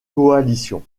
coalition